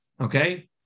okay